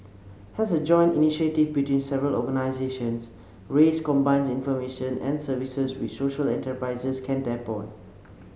as a joint initiative between several organisations raise combines information and services which social enterprises can tap on